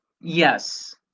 Yes